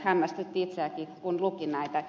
hämmästytti itseänikin kun luki näitä